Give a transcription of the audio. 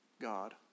God